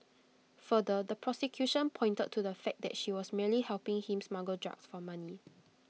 further the prosecution pointed to the fact that she was merely helping him smuggle drugs for money